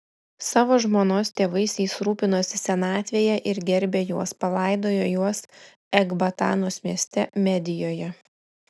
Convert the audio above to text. savo žmonos tėvais jis rūpinosi senatvėje ir gerbė juos palaidojo juos ekbatanos mieste medijoje